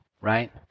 right